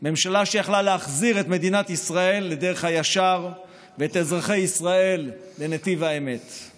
מנהל אגף בכיר לחינוך ערבי במשרד